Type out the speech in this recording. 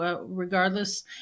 regardless